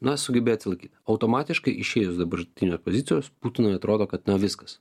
na sugebėjo atlaikyt automatiškai išėjus dabartinės pozicijos putinui atrodo kad na viskas